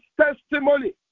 testimony